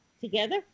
Together